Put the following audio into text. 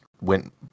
went